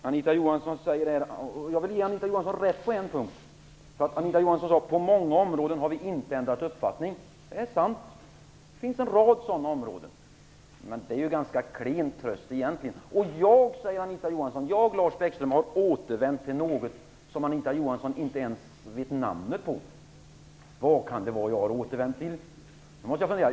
Fru talman! Jag vill ge Anita Johansson rätt på en punkt. Anita Johansson sade att Vänsterpartiet på många områden inte har ändrat uppfattning. Det är sant. Det finns en rad sådana områden. Men det är egentligen en ganska klen tröst. Anita Johansson säger att jag har återvänt till något som Anita Johansson inte ens vet namnet på. Nu måste jag fundera på vad det kan vara som jag har återvänt till.